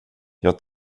jag